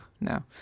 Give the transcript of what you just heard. No